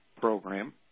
program